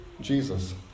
Jesus